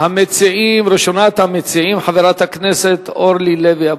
הצעות לסדר-היום שמספרן 3944, 3954, 3957, 3963,